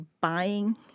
buying